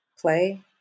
play